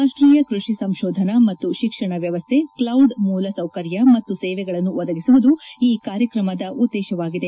ರಾಷ್ಟೀಯ ಕೃಷಿ ಸಂಕೋಧನಾ ಮತ್ತು ಶಿಕ್ಷಣ ವ್ಯವಸ್ತೆ ಕ್ಲಿಡ್ ಮೂಲಸೌಕರ್ಕ ಮತ್ತು ಸೇವೆಗಳನ್ನು ಒದಗಿಸುವುದು ಈ ಕಾರ್ಯಕ್ರಮದ ಉದ್ದೇಶವಾಗಿದೆ